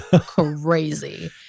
crazy